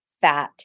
fat